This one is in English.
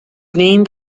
name